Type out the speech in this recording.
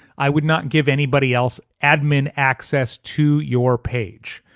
i would not give anybody else admin access to your page.